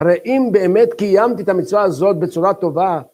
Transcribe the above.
הרי אם באמת קיימתי את המצווה הזאת בצורה טובה